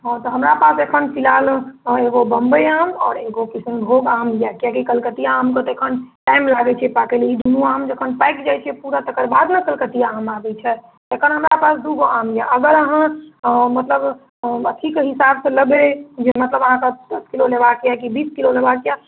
हँ तऽ हमरा पास एखन फिलहाल एगो बम्बइ आम आओर एगो किशनभोग आम अइ कियाकि कलकतिआ आमके तऽ एखन टाइम लागै छै पाकैमे ई दूनू आम जखन पाकि जाइ छै पूरा तकर बाद ने कलकतिआ आम आबै छै एखन हमरा पास दू गो आम अइ अगर अहाँ मतलब अथीके हिसाबसँ लेबै जे मतलब अहाँके दस किलो लेबाके अइ कि बीस किलो लेबाके अइ